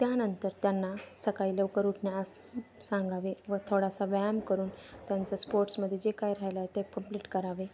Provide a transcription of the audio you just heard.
त्यानंतर त्यांना सकाळी लवकर उठण्यास सांगावे व थोडासा व्यायाम करून त्यांचं स्पोर्ट्समध्ये जे काय राहिलं आहे ते कम्प्लीट करावे